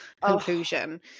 conclusion